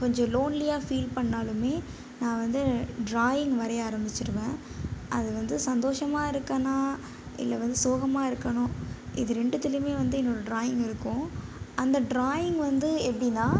கொஞ்சம் லோன்லியாக ஃபீல் பண்ணாலுமே நான் வந்து ட்ராயிங் வரைய ஆரம்பித்துடுவேன் அது வந்து சந்தோஷமாக இருக்கேனா இல்லை வந்து சோகமாக இருக்கேனோ இது ரெண்டுத்துலேயுமே வந்து என்னோடய ட்ராயிங் இருக்கும் அந்த ட்ராயிங் வந்து எப்படின்னா